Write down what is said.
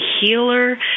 healer